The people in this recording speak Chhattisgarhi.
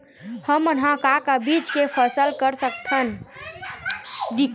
हमन ह का का बीज के फसल कर सकत हन?